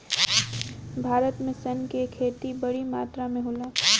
भारत में सन के खेती बड़ी मात्रा में होला